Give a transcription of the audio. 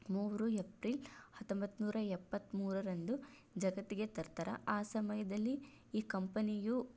ಮೂರು ಎಪ್ರಿಲ್ ಹತ್ತೊಂಬತ್ತ್ನೂರ ಎಪ್ಪತ್ತ್ಮೂರರಂದು ಜಗತ್ತಿಗೆ ತರ್ತಾರೆ ಆ ಸಮಯದಲ್ಲಿ ಈ ಕಂಪನಿಯು